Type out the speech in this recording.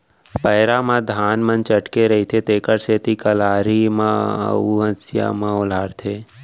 पैरा म धान मन चटके रथें तेकर सेती कलारी म अउ हँसिया म ओलहारथें